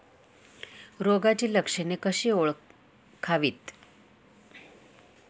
रोगाची लक्षणे कशी ओळखावीत?